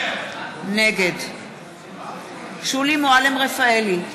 נגד שולי מועלם-רפאלי,